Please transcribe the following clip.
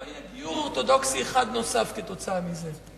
לא יהיה גיור אורתודוקסי אחד נוסף כתוצאה מזה.